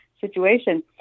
situation